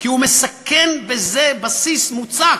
כי הוא מסכן בזה בסיס מוצק,